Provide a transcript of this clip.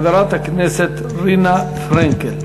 חברת הכנסת רינה פרנקל.